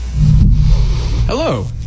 Hello